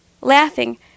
Laughing